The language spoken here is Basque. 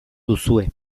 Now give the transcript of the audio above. duzue